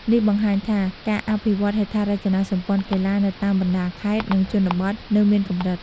នេះបង្ហាញថា ការអភិវឌ្ឍន៍ហេដ្ឋារចនាសម្ព័ន្ធកីឡានៅតាមបណ្ដាខេត្ត និងជនបទនៅមានកម្រិត។